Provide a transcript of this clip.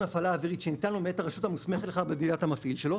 הפעלה אווירית שניתן לו מאת הרשות המוסמכת לכך במדינת המפעיל שלו".